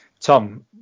Tom